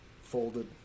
folded